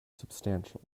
substantial